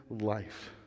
life